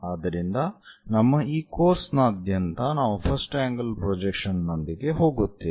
ಆದ್ದರಿಂದ ನಮ್ಮ ಈ ಕೋರ್ಸ್ನಾದ್ಯಂತ ನಾವು first angle projection angle projection ನೊಂದಿಗೆ ಹೋಗುತ್ತೇವೆ